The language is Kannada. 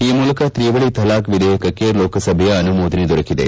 ಈ ಮೂಲಕ ತ್ರಿವಳಿ ತಲಾಕ್ ವಿಧೇಯಕಕ್ಕೆ ಲೋಕಸಭೆಯ ಅನುಮೋದನೆ ದೊರಕಿದೆ